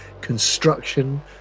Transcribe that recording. construction